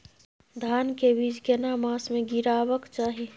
धान के बीज केना मास में गीराबक चाही?